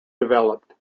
developed